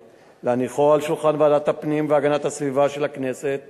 ולהניחה על שולחן ועדת הפנים והגנת הסביבה של הכנסת